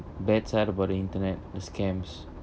bad side about the internet the scams